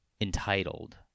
entitled